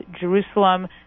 Jerusalem